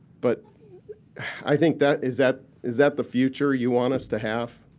but i think that is that is that the future you want us to have?